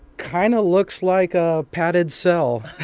kind of looks like a padded cell